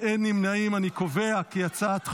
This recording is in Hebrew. ואני מבקש לעבור להצבעה.